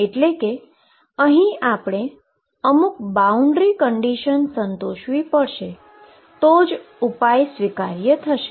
એટલે કે અહી આપણે અમુક બાઉન્ડ્રી કન્ડીશન સંતોષવી પડશે તો જ ઉપાય સ્વીકાર્ય થશે